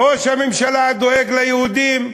ראש הממשלה דואג ליהודים,